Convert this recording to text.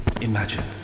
imagine